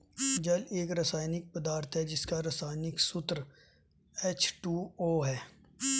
जल एक रसायनिक पदार्थ है जिसका रसायनिक सूत्र एच.टू.ओ है